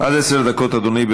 עד עשר דקות, אדוני.